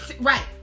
Right